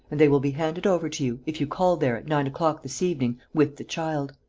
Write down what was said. and they will be handed over to you, if you call there, at nine o'clock this evening, with the child.